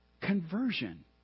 Conversion